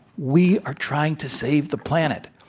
we are trying to save the planet.